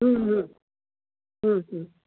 हम्म हम्म हम्म हम्म